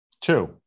Two